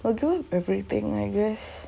forgot everything I guess